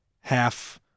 half